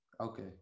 Okay